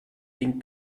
den